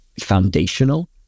foundational